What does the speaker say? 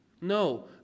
No